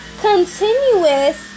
continuous